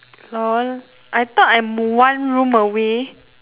lol I thought I'm one room away